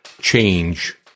change